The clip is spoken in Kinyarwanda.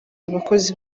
abakozi